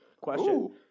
Question